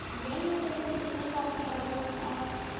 Bank में पइसा कितने साल में डबल होही आय?